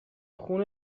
خون